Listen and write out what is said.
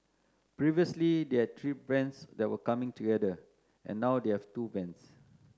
previously they had three bands that were coming together and now they have two bands